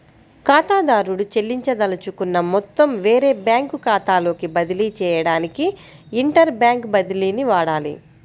ఖాతాదారుడు చెల్లించదలుచుకున్న మొత్తం వేరే బ్యాంకు ఖాతాలోకి బదిలీ చేయడానికి ఇంటర్ బ్యాంక్ బదిలీని వాడాలి